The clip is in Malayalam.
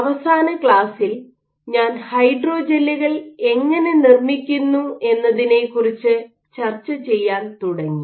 അവസാന ക്ലാസ്സിൽ ഞാൻ ഹൈഡ്രോജെല്ലുകൾ എങ്ങനെ നിർമ്മിക്കുന്നു എന്നതിനെക്കുറിച്ച് ചർച്ചചെയ്യാൻ തുടങ്ങി